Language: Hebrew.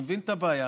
אני מבין את הבעיה.